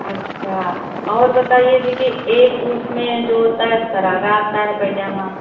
अच्छा और बताइए दीदी एक उसमें जो होता है शरारा आता है पैजामा